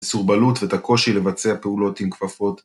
מ‫סורבלות ואת הקושי ‫לבצע פעולות עם כפפות.